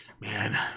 Man